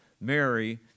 Mary